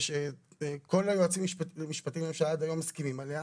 שכל היועצים המשפטיים עד היום מסכימים עליה,